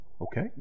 Okay